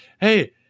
Hey